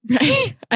Right